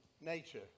nature